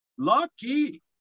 Lucky